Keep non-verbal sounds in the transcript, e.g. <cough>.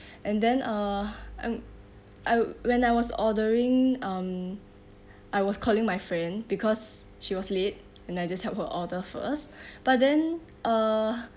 and then uh <breath> um I when I was ordering um I was calling my friend because she was late and I just help her order first but then uh